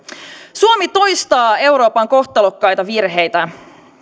suomi toistaa euroopan kohtalokkaita virheitä